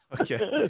Okay